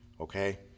okay